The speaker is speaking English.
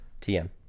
tm